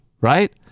right